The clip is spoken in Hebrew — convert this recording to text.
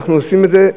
אנחנו עושים את זה,